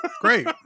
great